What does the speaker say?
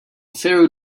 pharaoh